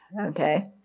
okay